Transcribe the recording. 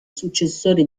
successore